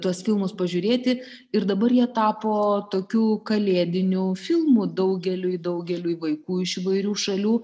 tuos filmus pažiūrėti ir dabar jie tapo tokiu kalėdiniu filmu daugeliui daugeliui vaikų iš įvairių šalių